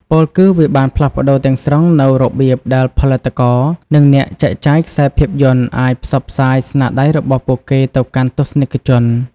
ពោលគឺ វាបានផ្លាស់ប្ដូរទាំងស្រុងនូវរបៀបដែលផលិតករ និងអ្នកចែកចាយខ្សែភាពយន្តអាចផ្សព្វផ្សាយស្នាដៃរបស់ពួកគេទៅកាន់ទស្សនិកជន។